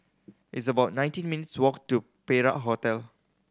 it's about nineteen minutes' walk to Perak Hotel